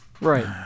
Right